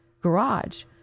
garage